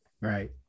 right